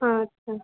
আচ্ছা